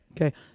Okay